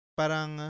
parang